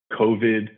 COVID